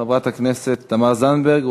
חברת הכנסת תמר זנדברג,